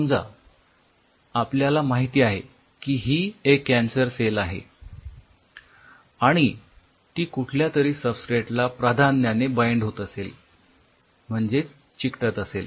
समजा आपल्याला माहिती आहे की ही एक कॅन्सर सेल आहे आणि ती कुठल्यातरी सबस्ट्रेट ला प्राधान्याने बाइंड होत असेल म्हणजेच चिकटत असेल